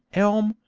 elm,